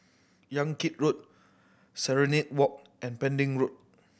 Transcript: Yan Kit Road Serenade Walk and Pending Road